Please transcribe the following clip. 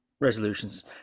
resolutions